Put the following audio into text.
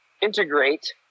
integrate